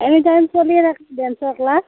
anytime চলিয়ে থাকে ডাঞ্চৰ ক্লাছ